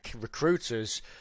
recruiters